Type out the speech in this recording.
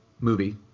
movie